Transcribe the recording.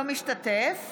לא משתתף